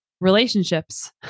relationships